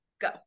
go